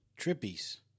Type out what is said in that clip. Trippies